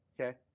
Okay